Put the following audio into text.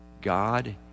God